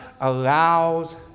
allows